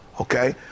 Okay